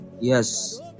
yes